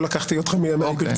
מימיי לא לקחתי אתכם ברצינות.